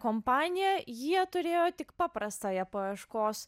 kompaniją jie turėjo tik paprastoje paieškos